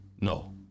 no